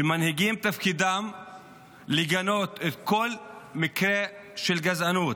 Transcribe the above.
תפקידם של מנהיגים הוא לגנות כל מקרה של גזענות.